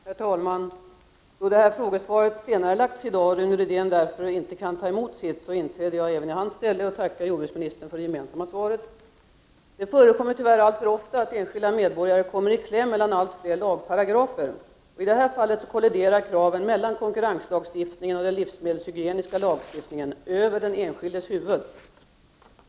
Herr talman! Då det här frågesvaret har senarelagts i dag och Rune Rydén därför inte kan vara här och ta emot svaret inträder jag även i hans ställe och tackar jordbruksministern för det gemensamma svaret. Det förekommer tyvärr alltför ofta att enskilda medborgare kommer i kläm mellan allt fler lagparagrafer. I detta fall kolliderar kraven mellan konkurrenslagstiftningen och den livsmedelshygieniska lagstiftningen över den enskildes huvud.